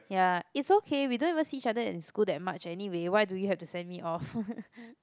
ya it's okay we don't even see each other in school that much anyway why do you have to send me off